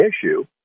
issue